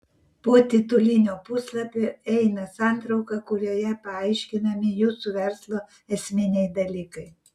po titulinio puslapio eina santrauka kurioje paaiškinami jūsų verslo esminiai dalykai